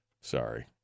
Sorry